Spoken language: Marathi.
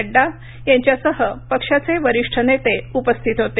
नड्डा यांच्यासह पक्षाचे वरिष्ठ नेते उपस्थित होते